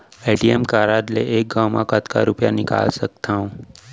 ATM card ले एक घव म कतका रुपिया निकाल सकथव?